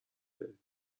داریم